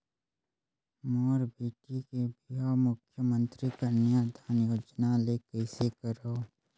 मोर बेटी के बिहाव मुख्यमंतरी कन्यादान योजना ले कइसे करव?